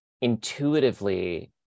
intuitively